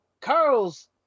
Carl's